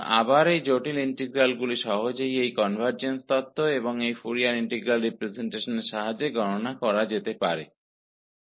तो इस तरह के जटिल इंटीग्रल की गणना इस कन्वर्जेन्स थ्योरम और फोरियर इंटीग्रल रिप्रजेंटेशन की मदद से आसानी से की जा सकती है